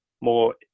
more